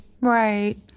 Right